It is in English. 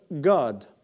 God